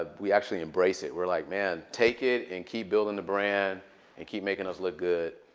ah we actually embrace it. we're like man, take it and keep building the brand and keep making us look good.